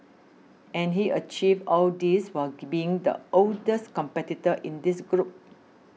and he achieved all this while being the oldest competitor in this group